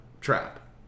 Trap